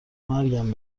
مرگم